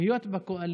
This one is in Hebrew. היא להיות בקואליציה,